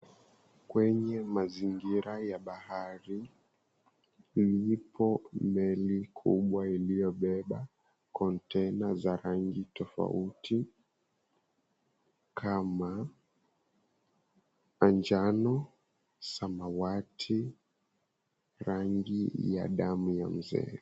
Kwenye mazingira ya bahari, kulipo meli kubwa ilio beba kontena za rangi tofauti, kama ya njano samawati rangi ya damu ya mzee.